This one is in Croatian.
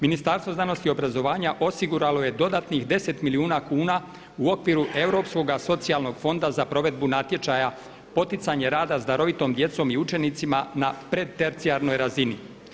Ministarstvo znanosti i obrazovanja osiguralo je dodatnih 10 milijuna kuna u okviru Europskoga socijalnog fonda za provedbu natječaja poticanja rada s darovitom djecom i učenicima na predtercijarnoj razini.